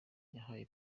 yahaye